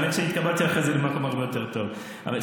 האמת שהתקבלתי אחרי זה למקום הרבה יותר טוב.